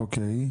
אוקיי,